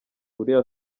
uriya